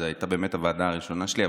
זאת הייתה באמת הוועדה הראשונה שלי.